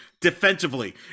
defensively